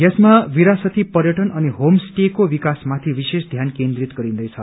यसमा विरासती पर्यटन अनि होम स्टेको विकासमाथि विशेष ध्यान केन्द्रित गरिन्दैछ